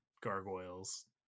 gargoyles